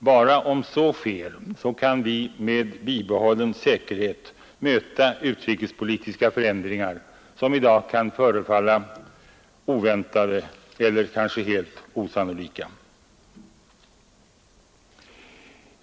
Bara om så sker kan vårt land med bibehållen säkerhet möta utrikespolitiska förändringar som i dag kan förefalla oväntade eller kanske helt osannolika.